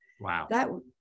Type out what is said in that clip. Wow